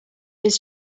his